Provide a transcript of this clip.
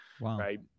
right